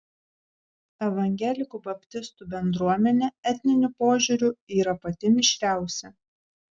evangelikų baptistų bendruomenė etniniu požiūriu yra pati mišriausia